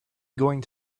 going